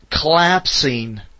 collapsing